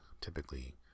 typically